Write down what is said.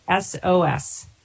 SOS